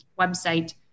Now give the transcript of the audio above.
website